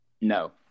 No